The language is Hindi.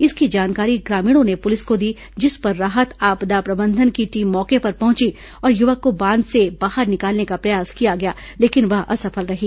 इसकी जानकारी ग्रामीणों ने पुलिस को दी जिस पर राहत आपदा प्रबंधन की टीम मौके पर पहुंची और युवक को बांध से बाहर निकालने का प्रयास किया लेकिन वह असफल रही